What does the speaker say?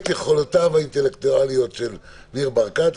יכולותיו האינטלקטואליות של ניר ברקת.